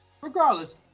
Regardless